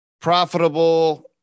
profitable